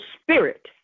spirit